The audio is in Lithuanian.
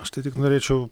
aš tai tik norėčiau